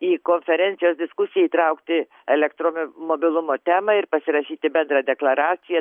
į konferencijos diskusiją įtraukti elektromobilumo temą ir pasirašyti bendrą deklaraciją